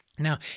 Now